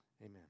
Amen